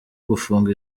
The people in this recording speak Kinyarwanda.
gufunga